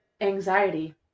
anxiety